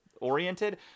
Oriented